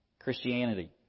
Christianity